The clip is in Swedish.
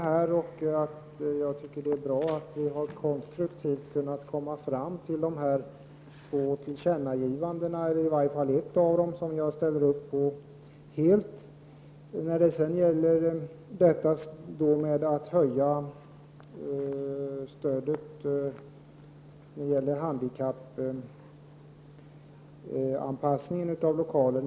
Jag tycker att det är bra att vi har konstruktivt kunnat komma fram till de två tillkännagivandena — eller i varje fall till ett av dem, som jag ställer upp på helt, det som gäller att öka stödet till handikappanpassning av lokaler.